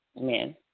men